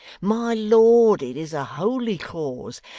my lord, it is a holy cause,